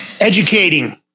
educating